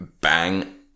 bang